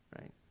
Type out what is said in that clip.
Right